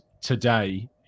today